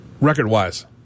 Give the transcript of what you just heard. record-wise